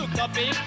copy